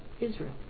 Israel